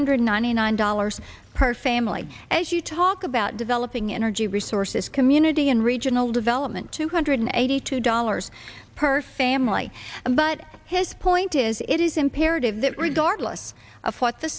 hundred ninety nine dollars per family as you talk about developing energy resources community and regional development two hundred eighty two dollars per family but his point is that it is imperative that regardless of what the